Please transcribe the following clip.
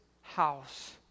house